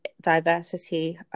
diversity